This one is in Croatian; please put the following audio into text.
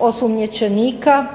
osumnjičenika,